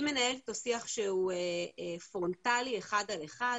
היא מנהלת איתו שיח שהוא פרונטלי, אחד על אחד,